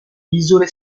isole